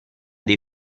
dei